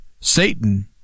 Satan